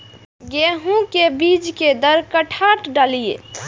गेंहू के बीज कि दर कट्ठा डालिए?